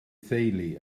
theulu